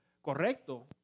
correcto